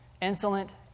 insolent